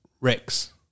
Rex